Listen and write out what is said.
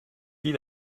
ils